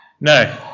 No